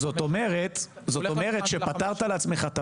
אבל מאלה שביקשו דרכון אחוזי השתקעות הם יותר גבוהים.